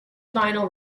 vinyl